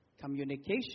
communication